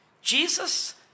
Jesus